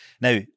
Now